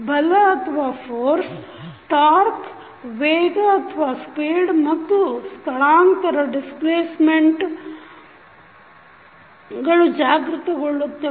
ಬಲ torque torque ವೇಗ ಮತ್ತು ಸ್ಥಳಾಂತರ ಗಳು ಜಾಗ್ರತಗೊಳ್ಳುತ್ತವೆ